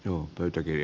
johto teki